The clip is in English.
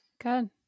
good